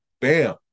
bam